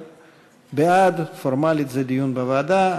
בעד, פורמלית, זה דיון בוועדה.